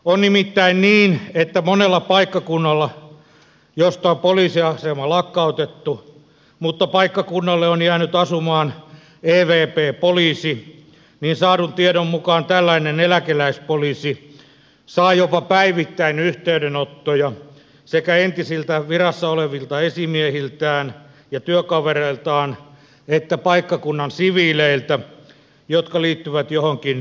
on nimittäin niin että monella paikkakunnalla josta on poliisiasema lakkautettu mutta paikkakunnalle on jäänyt asumaan evp poliisi saadun tiedon mukaan tällainen eläkeläispoliisi saa jopa päivittäin yhteydenottoja sekä entisiltä virassa olevilta esimiehiltään ja työkavereiltaan että paikkakunnan siviileiltä jotka liittyvät johonkin poliisiasiaan